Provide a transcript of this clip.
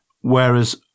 Whereas